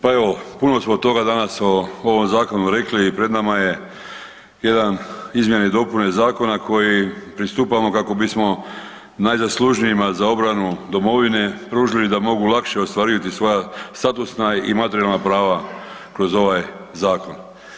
Pa evo, puno smo toga danas o ovom zakonu rekli i pred nama je jedan izmjene i dopune zakona koji pristupamo kako bismo najzaslužnijima za obranu domovine pružili da mogu lakše ostvariti svoja statusna i materijalna prava kroz ovaj zakon.